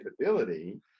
capability